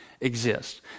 exist